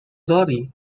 lori